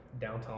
downtown